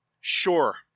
Sure